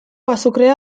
azukrea